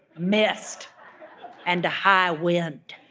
mist and a high wind